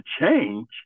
change